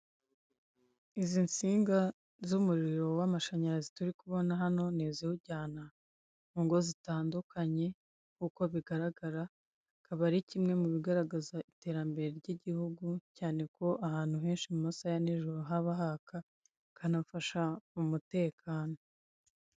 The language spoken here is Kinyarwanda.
Izi nsinga z'umuriro w'amashanyarazi turi kubona hano ni iziwujyana mu ngo zitandukanye nkuko bigaragara. Akaba ari kimwe mu bigaragaza iterambere ry'igihugu, cyane ko ahantu henshi mu masaha ya nijoro haba haka Ukanafasha mu umutekano.